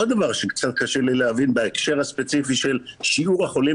עוד דבר שקצת קשה לי להבין בהקשר הספציפי של שיעור החולים